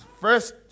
first